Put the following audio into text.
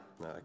No